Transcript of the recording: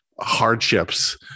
hardships